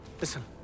Listen